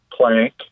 Plank